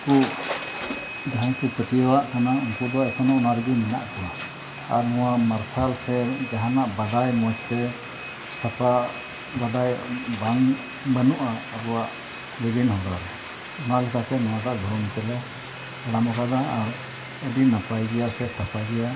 ᱠᱚ ᱡᱟᱦᱟᱸᱭ ᱠᱚ ᱯᱟᱹᱛᱭᱟᱹᱣᱟᱜ ᱠᱟᱱᱟ ᱩᱱᱠᱩ ᱫᱚ ᱮᱠᱷᱚᱱᱚ ᱚᱱᱟ ᱨᱮᱜᱮ ᱢᱮᱱᱟᱜ ᱠᱚᱣᱟ ᱟᱨ ᱱᱚᱣᱟ ᱢᱟᱨᱥᱟᱞ ᱥᱮ ᱡᱟᱦᱟᱱᱟᱜ ᱵᱟᱰᱟᱭ ᱢᱚᱡᱽ ᱛᱮ ᱥᱟᱯᱲᱟᱣ ᱵᱟᱰᱟᱭ ᱵᱟᱝ ᱵᱟᱹᱱᱩᱜᱼᱟ ᱟᱵᱚᱣᱟᱜ ᱵᱤᱫᱤᱱ ᱦᱚᱨᱟ ᱨᱮ ᱚᱱᱟ ᱞᱮᱠᱟᱛᱮ ᱱᱚᱣᱟᱴᱟᱜ ᱫᱚ ᱚᱱᱛᱮ ᱞᱮ ᱛᱟᱲᱟᱢ ᱟᱠᱟᱫᱟ ᱟᱨ ᱟᱹᱰᱤ ᱱᱟᱯᱟᱭ ᱜᱮᱭᱟ ᱥᱮ ᱥᱟᱯᱟ ᱜᱮᱭᱟ